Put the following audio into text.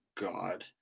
God